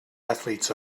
athletes